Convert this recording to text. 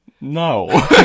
No